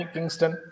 Kingston